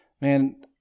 man